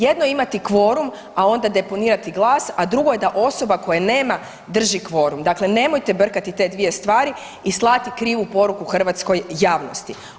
Jedno je imati kvorum, a onda deponirati glas, a drugo je da osoba koje nema drži kvorum, dakle nemojte brkati te dvije stvari i slati krivu poruku hrvatskoj javnosti.